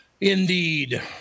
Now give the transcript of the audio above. indeed